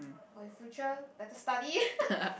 for his future better study